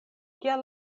kial